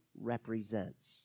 represents